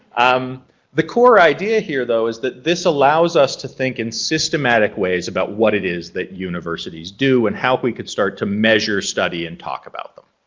um the core idea here though is that this allows us to think in systematic ways about what it is that universities do and how we could start to measure study and talk about them,